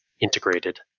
integrated